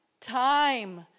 time